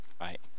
Right